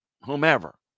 whomever